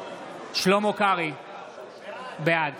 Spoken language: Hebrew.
בעד